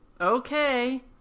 okay